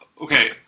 Okay